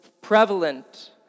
prevalent